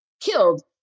killed